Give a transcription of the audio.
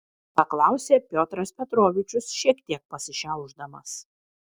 paklausė piotras petrovičius šiek tiek pasišiaušdamas